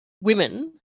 women